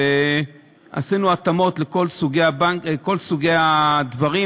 ועשינו התאמות לכל סוגי הדברים,